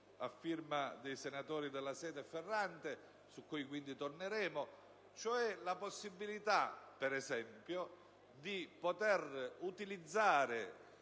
a firma dei senatori Della Seta e Ferrante, su cui ritorneremo, cioè la possibilità, per esempio, di poter utilizzare